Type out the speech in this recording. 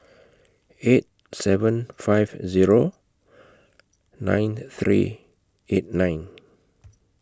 eight seven five Zero nine three eight nine